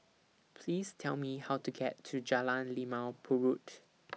Please Tell Me How to get to Jalan Limau Purut